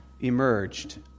emerged